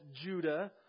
Judah